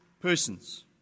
persons